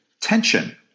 tension